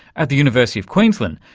at the university of queensland,